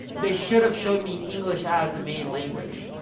they should have showed me english as the main language.